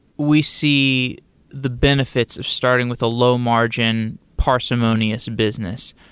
we see the benefits of starting with a low margin parsimonious business.